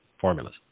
formulas